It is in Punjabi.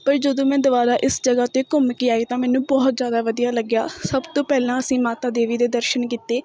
ਪਰ ਜਦੋਂ ਮੈਂ ਦੁਬਾਰਾ ਇਸ ਜਗ੍ਹਾ 'ਤੇ ਘੁੰਮ ਕੇ ਆਈ ਤਾਂ ਮੈਨੂੰ ਬਹੁਤ ਜ਼ਿਆਦਾ ਵਧੀਆ ਲੱਗਿਆ ਸਭ ਤੋਂ ਪਹਿਲਾਂ ਅਸੀਂ ਮਾਤਾ ਦੇਵੀ ਦੇ ਦਰਸ਼ਨ ਕੀਤੇ